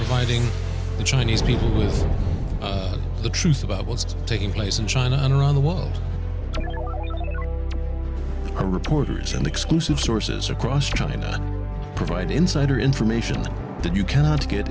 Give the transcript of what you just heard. fighting the chinese people with the truth about what's taking place in china and around the world are reporters and exclusive sources across china provide insider information that you cannot get